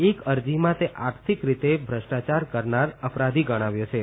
એક અરજીમાં તે આર્થિક રીતે ભ્રષ્ટાચાર કરનાર અપરાધી ગણાવ્યો છે